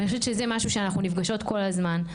ואני חושבת שזה משהו שאנחנו פוגשות כל הזמן.